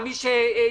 ההליכים המשפטיים,